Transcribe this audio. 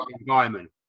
environment